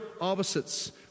opposites